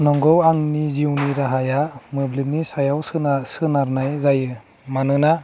नंगौ आंनि जिउनि राहाया मोब्लिबनि सायाव सोना सोनारनाय जायो मानोना